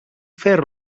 fer